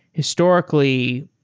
historically,